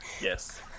Yes